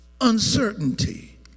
uncertainty